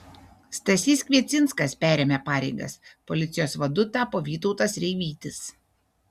stasys kviecinskas perėmė pareigas policijos vadu tapo vytautas reivytis